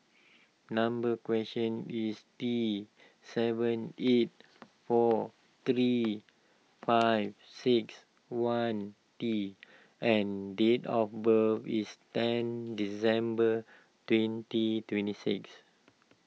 number question is T seven eight four three five six one T and date of birth is ten December twenty twenty six